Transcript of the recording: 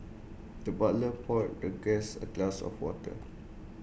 the butler poured the guest A glass of water